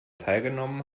teilgenommen